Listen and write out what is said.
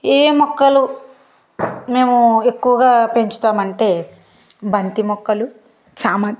ఏ ఏ మొక్కలు మేము ఎక్కువగా పెంచుతామంటే బంతి మొక్కలు చామంతి